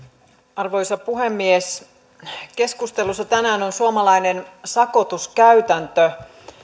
arvoisa puhemies keskustelussa tänään on suomalainen sakotuskäytäntö